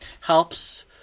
helps